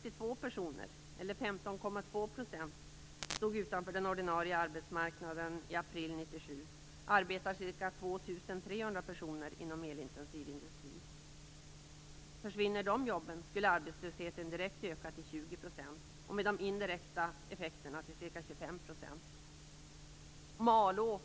2 300 personer arbetar inom den elintensiva industrin. Om de jobben försvann skulle arbetslösheten direkt öka till 20 % och till ca 25 % om de indirekta effekterna räknades in. Malå